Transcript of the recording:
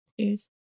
Cheers